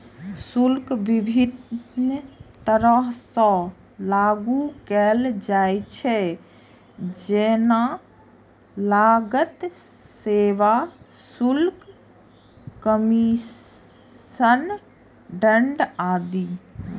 शुल्क विभिन्न तरह सं लागू कैल जाइ छै, जेना लागत, सेवा शुल्क, कमीशन, दंड आदि